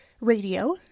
radio